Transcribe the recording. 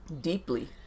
deeply